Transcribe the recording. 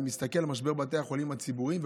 אני מסתכל על משבר בתי החולים הציבוריים,